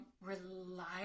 rely